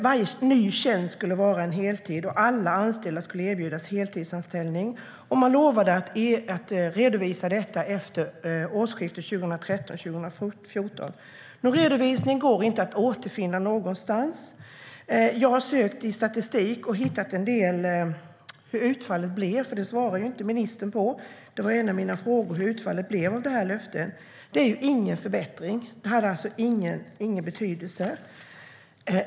Varje ny tjänst skulle vara en heltid, och alla anställda skulle erbjudas heltidsanställning. Man lovade att redovisa detta efter årsskiftet 2013/14. Någon redovisning går inte att återfinna någonstans. Jag har sökt i statistik och hittat en del om hur utfallet blev. Det svarar inte ministern på. En av mina frågor gällde hur utfallet blev av löftet. Statistiken visar ingen förbättring, och beslutet har alltså inte haft någon betydelse.